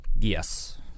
Yes